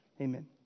Amen